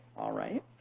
all right.